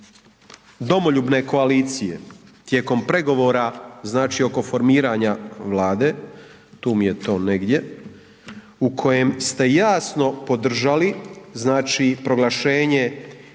domoljubne koalicije tijekom pregovora, znači, oko formiranja Vlade, tu mi je to negdje, u kojem ste jasno podržali, znači, proglašenje